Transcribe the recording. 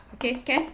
okay can